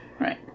Right